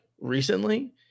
recently